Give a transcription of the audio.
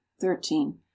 thirteen